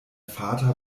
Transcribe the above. vater